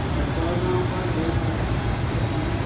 আৰু গড়গাঁৱৰপৰা গৈ পেলাই আমি